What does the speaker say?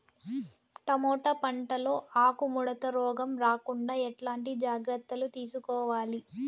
Tomato పంట లో ఆకు ముడత రోగం రాకుండా ఎట్లాంటి జాగ్రత్తలు తీసుకోవాలి?